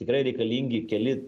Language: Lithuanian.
tikrai reikalingi keli